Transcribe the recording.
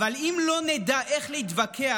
אבל אם לא נדע איך להתווכח,